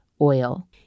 oil